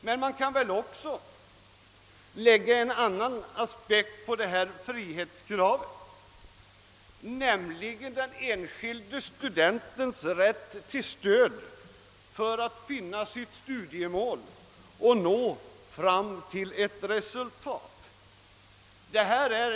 Men man kan väl också anlägga en annan aspekt på detta frihetskrav, nämligen den enskilde studentens rätt till stöd för att finna sitt studiemål och nå ett resultat.